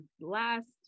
last